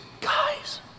Guys